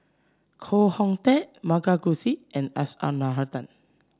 Koh Hoon Teck M Karthigesu and S R Nathan